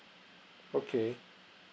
okay